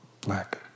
black